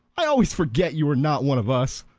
i always forget you are not one of us.